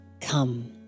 come